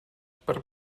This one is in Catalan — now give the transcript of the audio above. per